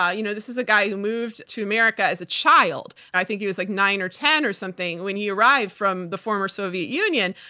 ah you know this is a guy who moved to america as a child. i think he was like nine or ten or something when he arrived from the former soviet union,